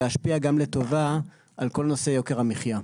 להשפיע גם לטובה על כל נושא יוקר המחייה.